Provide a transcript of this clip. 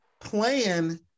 plan